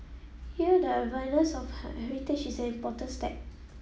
here the awareness of heritage is an important step